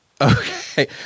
Okay